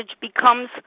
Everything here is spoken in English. becomes